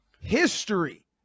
history